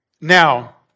Now